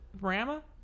Rama